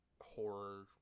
horror